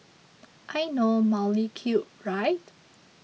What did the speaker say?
I know mildly cute right